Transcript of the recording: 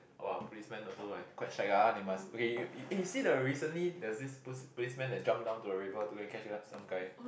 !wah! policeman also like quite shag ah they must okay you you eh see the recently there's this police policeman that jump down to a river to eh catch uh some guy